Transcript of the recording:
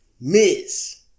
Miss